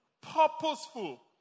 purposeful